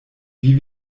wie